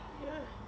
ya